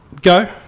Go